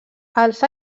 els